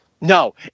No